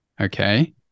Okay